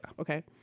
Okay